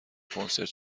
کنسرت